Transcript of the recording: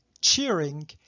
cheering